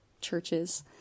churches